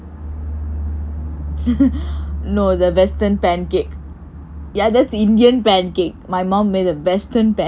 no western pancake ya that's indian pancake my mom made the western pancake